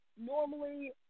normally